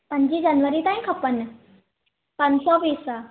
पंजीं जनवरी ताईं खपनि पंज सौ पीस